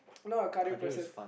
I'm not a cardio person